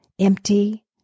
empty